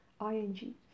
ING